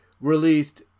released